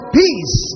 peace